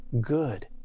good